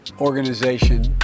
organization